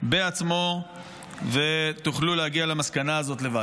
בעצמו ותוכלו להגיע למסקנה הזאת לבד.